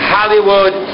Hollywood